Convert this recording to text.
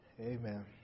Amen